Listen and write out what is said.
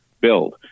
build